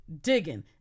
digging